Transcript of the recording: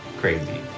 crazy